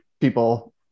people